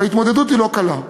וההתמודדות היא לא קלה,